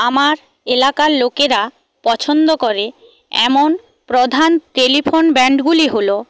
আমার এলাকার লোকেরা পছন্দ করে এমন প্রধান টেলিফোন ব্র্যান্ডগুলি হলো